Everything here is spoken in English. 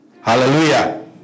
Hallelujah